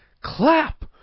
Clap